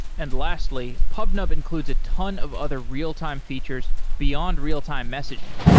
and lastly, pubnub includes a ton of other real-time features beyond real-time messaging,